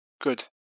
Good